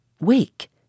Wake